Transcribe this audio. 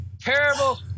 Terrible